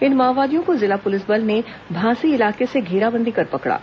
इन माओवादियों को जिला पुलिस बल ने भांसी इलाके से घेराबंदी कर पकड़ा